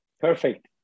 Perfect